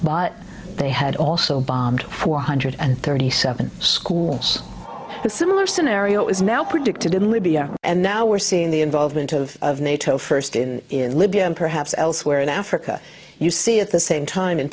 but they had also bombed one hundred and thirty seven schools a similar scenario is now predicted in libya and now we're seeing the involvement of nato first in libya and perhaps elsewhere in africa you see at the same time